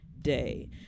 day